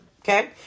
Okay